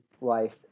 life